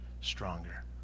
stronger